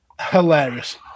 hilarious